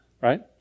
right